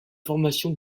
formation